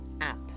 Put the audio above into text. app